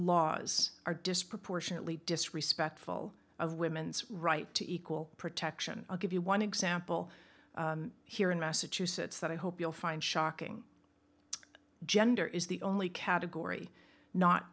laws are disproportionately disrespectful of women's right to equal protection i'll give you one example here in massachusetts that i hope you'll find shocking gender is the only category not